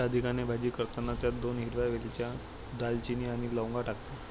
राधिकाने भाजी करताना त्यात दोन हिरव्या वेलच्या, दालचिनी आणि लवंगा टाकल्या